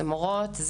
זה מורות,